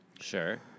Sure